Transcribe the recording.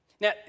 Now